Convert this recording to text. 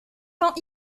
tant